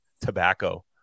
tobacco